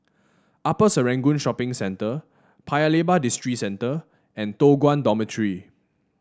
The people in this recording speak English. Upper Serangoon Shopping Centre Paya Lebar Districentre and Toh Guan Dormitory